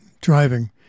driving